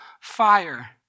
fire